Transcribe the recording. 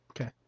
Okay